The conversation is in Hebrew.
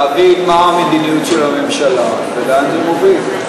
להבין מה המדיניות של הממשלה ולאן זה מוביל.